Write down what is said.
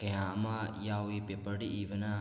ꯀꯌꯥ ꯑꯃ ꯌꯥꯎꯏ ꯄꯦꯄꯔꯗ ꯏꯕꯅ